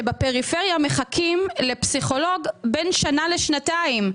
בפריפריה מחכים לפסיכולוג בין שנה לשנתיים,